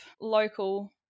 local